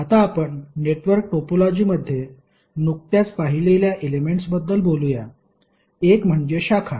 आता आपण नेटवर्क टोपोलॉजीमध्ये नुकत्याच पाहिलेल्या एलेमेंट्सबद्दल बोलूया एक म्हणजे शाखा